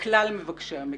לכלל מבקשי המקלט.